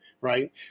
right